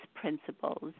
principles